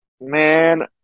Man